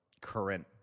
current